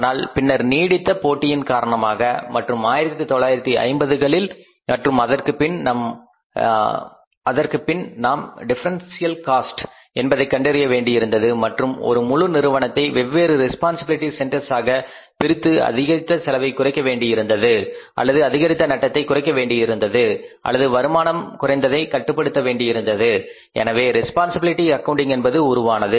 ஆனால் பின்னர் நீடித்த போட்டியின் காரணமாக மற்றும் 1950களில் மற்றும் அதற்குப் பின் நாம் டிஃபரென்சில் காஸ்ட் என்பதை கண்டறிய வேண்டியிருந்தது மற்றும் ஒரு முழு நிறுவனத்தை வெவ்வேறு ரெஸ்பான்சிபிலிட்டி சென்டர்ஸ் ஆக பிரித்து அதிகரித்த செலவை குறைக்க வேண்டியிருந்தது அல்லது அதிகரித்த நட்டத்தை குறைக்க வேண்டியிருந்தது அல்லது வருமானம் குறைந்ததை கட்டுப்படுத்த வேண்டியிருந்தது எனவே ரெஸ்பான்சிபிலிட்டி அக்கவுண்டிங் என்பது உருவானது